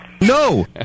No